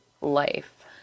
life